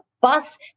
bus